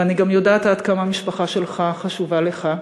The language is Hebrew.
ואני גם יודעת עד כמה המשפחה שלך חשובה לך,